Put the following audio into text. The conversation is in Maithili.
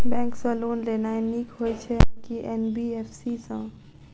बैंक सँ लोन लेनाय नीक होइ छै आ की एन.बी.एफ.सी सँ?